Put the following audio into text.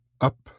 up